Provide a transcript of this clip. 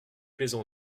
maison